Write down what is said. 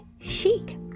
chic